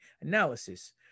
analysis